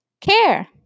care